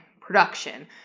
production